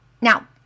Now